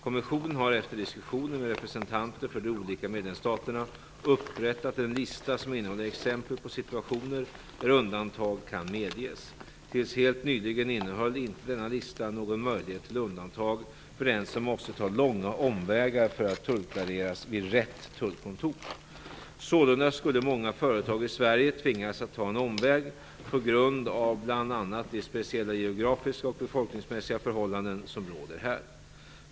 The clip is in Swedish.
Kommissionen har efter diskussioner med representanter för de olika medlemsstaterna upprättat en lista som innehåller exempel på situationer där undantag kan medges. Tills helt nyligen innehöll inte denna lista någon möjlighet till undantag för den som måste ta långa omvägar för att tullklareras vid "rätt" tullkontor. Sålunda skulle många företag i Sverige tvingas att ta en omväg på grund av bl.a. de speciella geografiska och befolkningsmässiga förhållanden som råder här.